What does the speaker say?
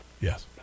Yes